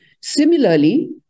Similarly